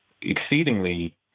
exceedingly